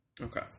Okay